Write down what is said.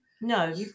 No